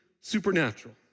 supernatural